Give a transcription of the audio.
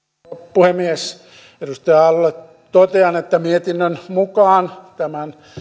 puhemies edustaja aallolle totean että mietinnön mukaan tämän